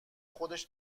خودش